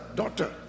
daughter